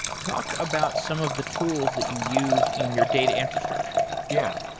talk about some of the tools that you use in your data infrastructure. yeah.